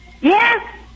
Yes